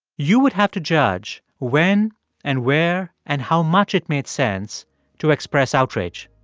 you would have to judge when and where and how much it made sense to express outrage